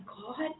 God